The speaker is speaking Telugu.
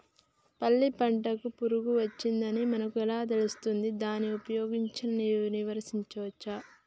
పల్లి పంటకు పురుగు వచ్చిందని మనకు ఎలా తెలుస్తది దాన్ని ఉపయోగించి నివారించవచ్చా?